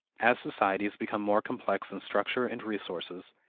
as societies become more complex in structure and resources,